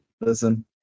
Listen